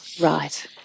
Right